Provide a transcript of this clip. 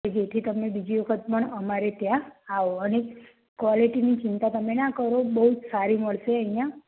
જેથી તમને બીજી વાર પણ અમારે ત્યાં આવો અને કોલેટીની ચિંતા તમે ના કરો બઉ સારી મળશે અહિયાં